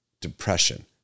depression